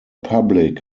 public